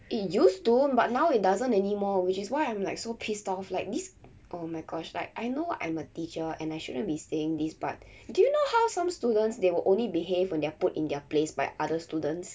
it used to but now it doesn't anymore which is why I'm like so pissed off like this oh my gosh like I know I'm a teacher and I shouldn't be saying this but do you know how some students they will only behave when they're put in their place by other students